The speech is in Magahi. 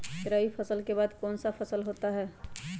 रवि फसल के बाद कौन सा फसल होता है?